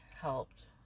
helped